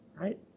right